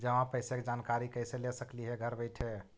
जमा पैसे के जानकारी कैसे ले सकली हे घर बैठे?